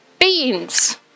Beans